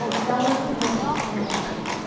now when this letter is come unto thee,